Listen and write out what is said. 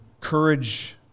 courage